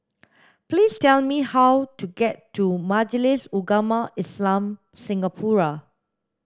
please tell me how to get to Majlis Ugama Islam Singapura